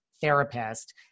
therapist